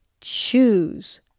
choose